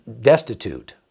destitute